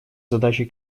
задачей